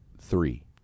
three